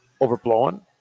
overblown